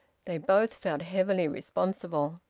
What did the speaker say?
they both felt heavily responsible.